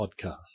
podcast